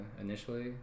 Initially